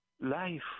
life